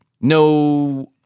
no